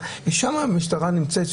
ושם המשטרה נמצאת,